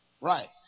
Right